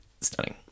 stunning